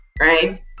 right